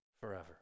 forever